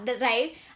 right